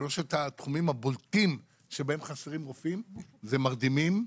שלושת התחומים הבולטים שבהם חסרים רופאים זה מרדימים,